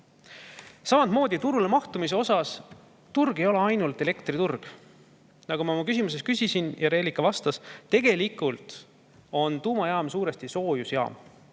Samamoodi on turule mahtumise puhul: turg ei ole ainult elektriturg. Nagu ma küsisin ja Reelika vastas, tegelikult on tuumajaam suuresti soojusjaam.